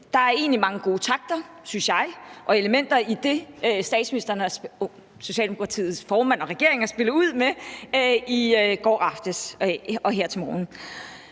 Der er egentlig mange gode takter, synes jeg, og elementer i det, Socialdemokratiets formand og regeringen har spillet ud med i går aftes og her til morgen.